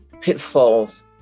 pitfalls